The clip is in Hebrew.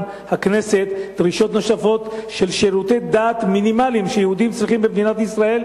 הכנסת דרישות נוספות לשירותי דת מינימליים שיהודים צריכים במדינת ישראל,